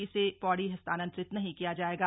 इसे पौड़ी स्थानांतरित नहीं किया जायेगा